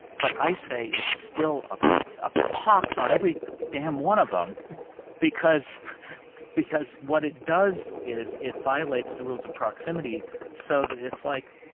but i say it's still a ah pox on every damn one of them because because what it does is it violates the rules of proximity so that it's like,